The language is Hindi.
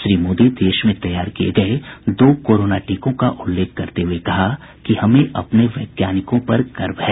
श्री मोदी ने देश में तैयार किये गये दो कोरोना टीकों का उल्लेख करते हुए कहा कि हमें अपने वैज्ञानिकों पर गर्व है